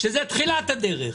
שזה תחילת הדרך.